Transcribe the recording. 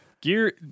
Gear